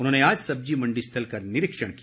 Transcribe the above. उन्होंने आज सब्जी मंडी स्थल का निरीक्षण किया